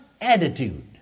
attitude